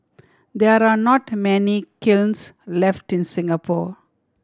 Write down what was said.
there are not many kilns left in Singapore